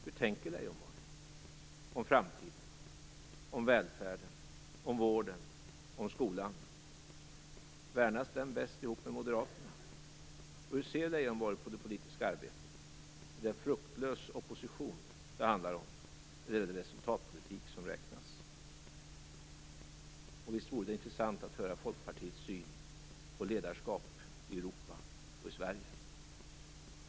Hur tänker Leijonborg om framtiden, om välfärden, om vården, om skolan? Värnas den bäst ihop med Moderaterna? Hur ser Leijonborg på det politiska arbetet? Är det fruktlös opposition det handlar om, eller är det resultatpolitik som räknas? Visst vore det intressant att få höra Folkpartiets syn på ledarskap i Europa och i Sverige.